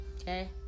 Okay